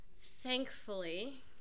thankfully